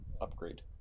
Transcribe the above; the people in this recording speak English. upgrade